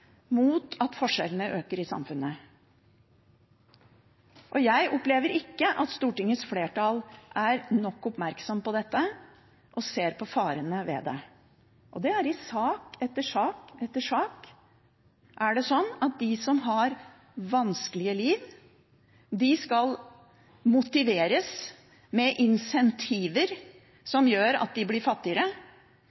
mot at forskjellene øker i samfunnet. Jeg opplever ikke at Stortingets flertall er nok oppmerksom på dette og ser på farene ved det. Det er i sak etter sak etter sak slik at de som har vanskelige liv, skal motiveres med